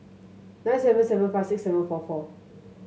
nine seven seven five six seven four four